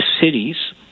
cities